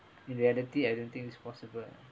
in reality everything is possible